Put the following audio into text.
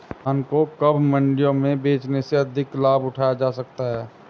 धान को कब मंडियों में बेचने से अधिक लाभ उठाया जा सकता है?